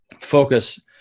focus